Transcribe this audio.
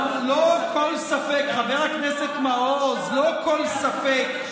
לא כל ספק, חבר הכנסת מעוז, לא כל ספק.